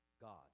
God